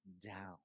down